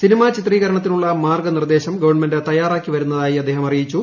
cinema ചിത്രീകരണത്തിനുള്ള മാർഗ്ഗു നിർദ്ദേശം ഗവൺമെന്റ് തയ്യാറാക്കി വരുന്നതായി അദ്ദേഹം അറിയിച്ചു